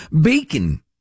bacon